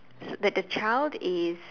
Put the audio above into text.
the the child is